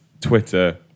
Twitter